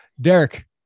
Derek